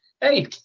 hey